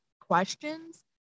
questions